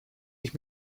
ich